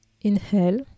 Inhale